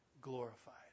glorified